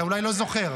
אתה אולי לא זוכר.